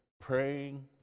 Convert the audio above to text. praying